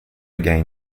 gain